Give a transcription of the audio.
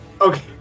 Okay